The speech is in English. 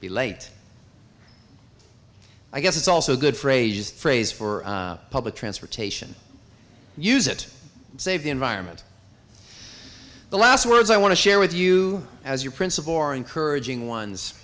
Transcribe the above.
be late i guess it's also good for ages praise for public transportation use it save the environment the last words i want to share with you as your principal or encouraging ones